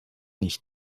nicht